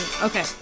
Okay